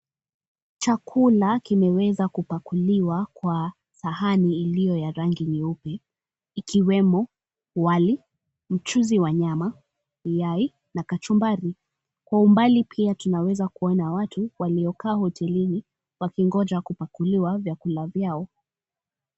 Chakula kimeweza kupakuliwa kwa sahani iliyo ya rangi nyeupe, ikiwemo wali, mchuzi wa nyama, yai na kachumbari. Kwa umbali pia tunaweza kuona watu waliokaa hotelini, wakingoja kupakuliwa vyakula vyao.